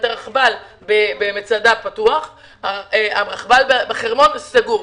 הרכבל במצדה פתוח אבל הרכבל בחרמון סגור.